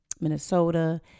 Minnesota